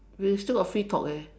we still got free talk eh